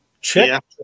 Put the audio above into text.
Check